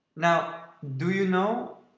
now, do you know,